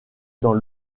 dans